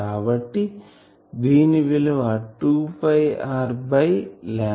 కాబట్టి దీని విలువ 2 r బై 0